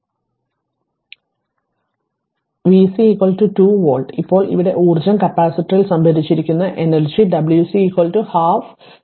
അതിനാൽ ഞാൻ ഇത് മായ്ക്കട്ടെ അതിനാലാണ് v C 2 വോൾട്ട് ഇപ്പോൾ ഇവിടെ ഊർജ്ജം കപ്പാസിറ്ററിൽ സംഭരിച്ചിരിക്കുന്ന എനർജി Wc പകുതി C v C 2